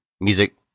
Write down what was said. music